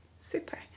Super